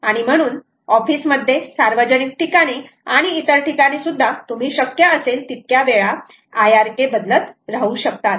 आणि म्हणून ऑफिस मध्ये सार्वजनिक ठिकाणी आणि इतर ठिकाणी सुद्धा तुम्ही शक्य असेल इतक्या वेळा IRK बदलत राहू शकतात